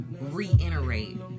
reiterate